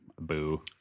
boo